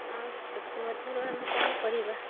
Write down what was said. ଆଉ ସେଥିମଧ୍ୟରୁ ଆମେ କ'ଣ କରିବା